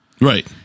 Right